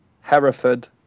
Hereford